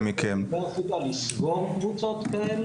לסגור קבוצות כאלה?